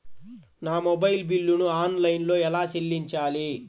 నా మొబైల్ బిల్లును ఆన్లైన్లో ఎలా చెల్లించాలి?